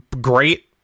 great